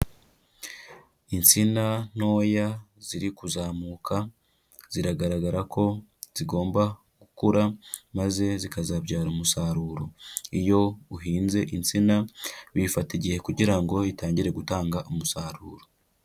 Insina ntoya ziri kuzamuka, ziragaragara ko zigomba gukura, maze zikazabyara umusaruro. Iyo uhinze insina, bifata igihe kugira ngo itangire gutanga umusaruro.